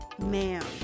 ma'am